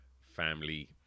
family